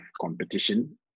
competition